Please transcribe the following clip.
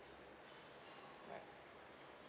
alright